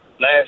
last